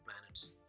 planets